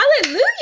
Hallelujah